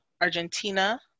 Argentina